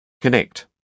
Connect